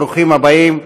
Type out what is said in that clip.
ברוכים הבאים.